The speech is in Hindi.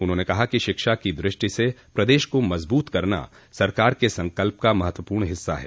उन्होंने कहा कि शिक्षा की दृष्टि से प्रदेश को मज़बूत करना सरकार के संकल्प का महत्वपूर्ण हिस्सा है